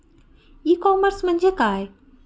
E commerce म्हणजे काय?